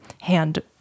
hand